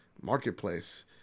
marketplace